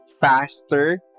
faster